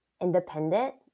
independent